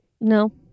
No